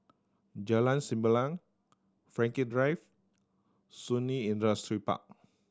Jalan Sembilang Frankel Drive Shun Li Industrial Park